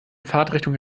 fahrtrichtung